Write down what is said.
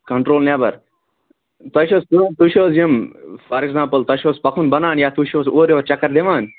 control نٮ۪بَر تۄہہِ چھِ حظ کٲم تُہۍ چھُو حظ یِم فار اٮ۪کزامپُل تۄہہِ چھُو حظ پَکُن بنان یا تُہۍ چھُو حظ اورٕ یور چَکَر دِوان